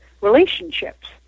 relationships